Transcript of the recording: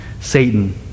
Satan